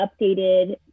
updated